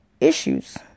issues